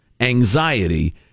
anxiety